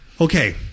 Okay